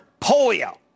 polio